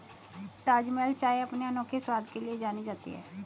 ताजमहल चाय अपने अनोखे स्वाद के लिए जानी जाती है